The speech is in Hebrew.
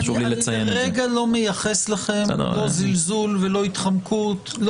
אני לרגע לא מייחס לכם לא זלזול ולא התחמקות,